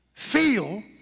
Feel